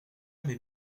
mes